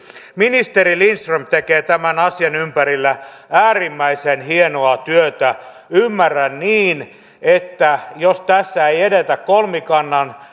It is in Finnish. ministeri lindström tekee tämän asian ympärillä äärimmäisen hienoa työtä ymmärrän niin että jos tässä ei edetä kolmikannan